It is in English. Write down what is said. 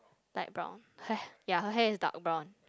light brown hair ya her hair is dark brown